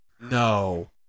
No